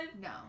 No